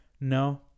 No